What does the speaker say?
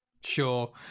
Sure